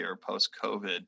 post-COVID